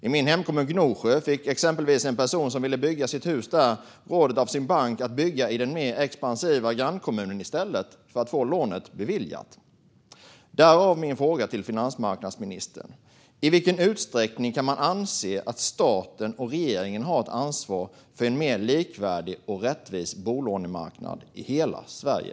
I min hemkommun Gnosjö fick exempelvis en person som ville bygga sitt hus där rådet av sin bank att bygga i den mer expansiva grannkommunen i stället, för att få lånet beviljat. Därav min fråga till finansmarknadsministern: I vilken utsträckning kan man anse att staten och regeringen har ett ansvar för en mer likvärdig och rättvis bolånemarknad i hela Sverige?